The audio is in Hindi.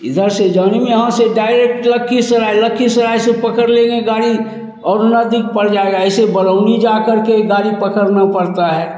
इधर से जाने में यहाँ से डायरेक्ट लखीसराय लखीसराय से पकड़ लेंगे गाड़ी और नज़दीक पड़ जाएगा ऐसे बरौनी जा करके गाड़ी पकड़ना पड़ता है